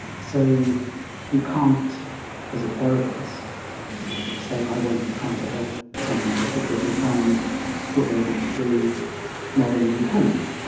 so you can't as a therapist say i won't try to help someone just because you find what they want to do morally repellent.